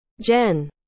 Jen